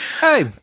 Hey